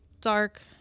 dark